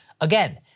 again